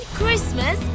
Christmas